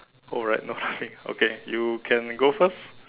alright no laughing okay you can go first